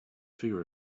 figure